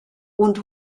und